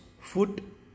foot